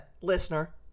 listener